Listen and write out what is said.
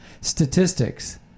statistics